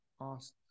asked